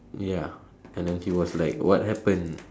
ya and then he was like what happen